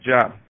job